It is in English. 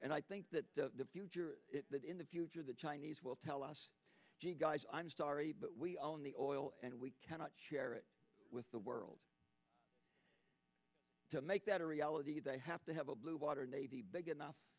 and i think that that in the future the chinese will tell us guys i'm sorry but we own the oil and we cannot share it with the world to make that a reality they have to have a blue water navy big enough